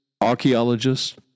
archaeologists